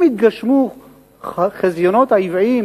אם יתגשמו חזיונות העוועים